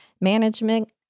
management